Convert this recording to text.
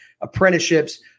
apprenticeships